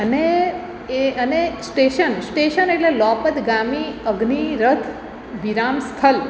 અને એ અને સ્ટેશન સ્ટેશન એટલે લોપદગામી અગ્નિરથ વિરામ સ્થળ